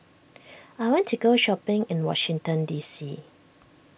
I want to go shopping in Washington D C